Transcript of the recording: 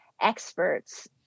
experts